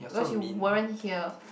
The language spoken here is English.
well she weren't here